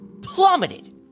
plummeted